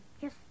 yes